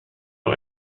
nur